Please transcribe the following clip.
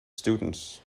students